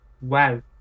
Wow